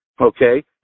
Okay